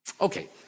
Okay